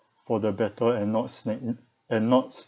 for the better and not stagnant and not